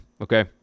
okay